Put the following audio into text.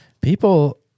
people